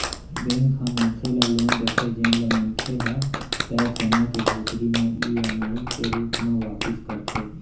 bank ह मनसे ल लोन देथे जेन ल मनखे ह तय समे के भीतरी म ईएमआई के रूप म वापिस करथे